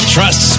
Trust